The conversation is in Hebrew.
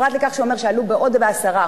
פרט לכך שהוא אומר שעלו בעוד 10%,